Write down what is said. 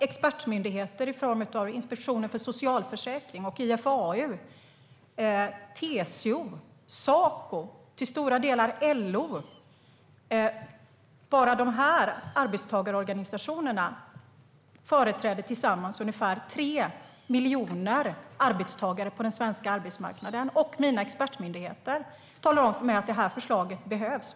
Expertmyndigheter i form av Inspektionen för socialförsäkringen, IFAU, TCO, Saco, till stora delar LO, arbetstagarorganisationerna, vilka tillsammans företräder ungefär 3 miljoner arbetstagare på den svenska arbetsmarknaden, talar om för mig att förslaget behövs.